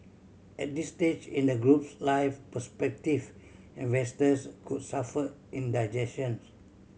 at this stage in the group's life prospective investors could suffer indigestion